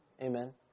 Amen